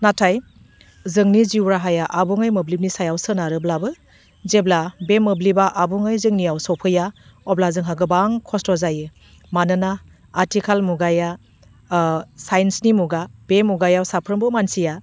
नाथाय जोंनि जिउ राहाया आबुङै मोब्लिबनि सायाव सोनारोब्लाबो जेब्ला बे मोब्लिबा आबुङै जोंनियाव सौफैया अब्ला जोंहा गोबां खस्थ' जायो मानोना आथिखाल मुगाया साइन्सनि मुगा बे मुगायाव साफ्रोमबो मानसिया